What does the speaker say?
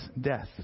death